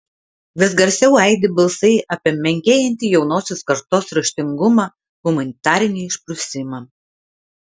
vis garsiau aidi balsai apie menkėjantį jaunosios kartos raštingumą humanitarinį išprusimą